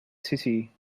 city